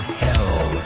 hell